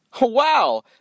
Wow